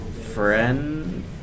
friend